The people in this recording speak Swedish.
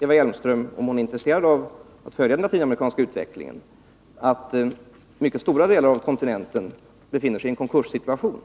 Eva Hjelmström, om hon är intresserad av att följa den latinamerikanska utvecklingen, att mycket stora delar av kontinenten befinner sig i en konkurssituation.